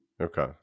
Okay